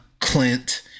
Clint